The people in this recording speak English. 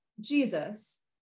Jesus